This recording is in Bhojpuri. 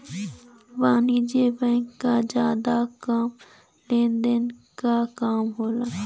वाणिज्यिक बैंक क जादा काम लेन देन क काम होला